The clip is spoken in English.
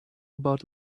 about